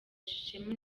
ishema